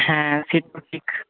হ্যাঁ সে তো ঠিক